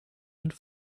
and